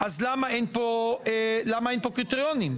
וזה נעשה פה גם על ידי חברי כנסת,